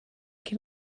can